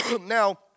Now